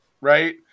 right